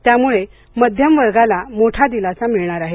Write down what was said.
यामुळे मध्यम वर्गाला मोठा दिलासा मिळणार आहे